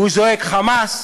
והוא זועק חמס,